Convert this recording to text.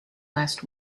last